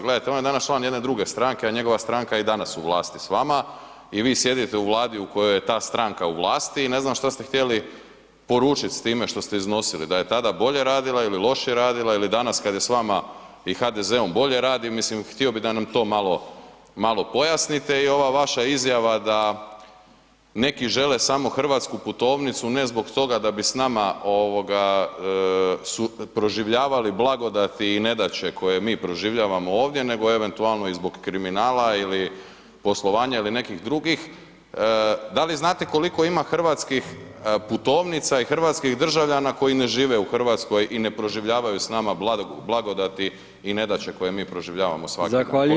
Gledajte, on je danas član jedne druge stranke, a njegova stranka je i danas u vlasti s vama i vi sjedite u Vladi u kojoj je ta stranka u vlasti i ne znam šta ste htjeli poručit s time što ste iznosili, da je tada bolje radila ili lošije radila ili danas kad je s vama i HDZ-om bolje radi, mislim htio bi da nam to malo, malo pojasnite i ova vaša izjava da neki žele samo hrvatsku putovnicu ne zbog toga da bi s nama ovoga proživljavali blagodati i nedaće koje mi proživljavamo ovdje nego eventualno i zbog kriminala ili poslovanja ili nekih drugih, da li znate koliko ima hrvatskih putovnica i hrvatskih državljana koji ne žive u RH i ne proživljavaju s nama blagodati i nedaće koje mi proživljavamo svaki dan [[Upadica: Zahvaljujem]] koliko je tih ljudi?